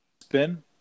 spin